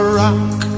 rock